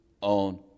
on